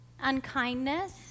unkindness